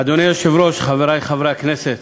אדוני היושב-ראש, חברי חברי הכנסת,